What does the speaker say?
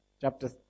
chapter